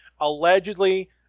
Allegedly